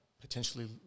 potentially